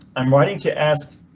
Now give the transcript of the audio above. i'm writing to ask.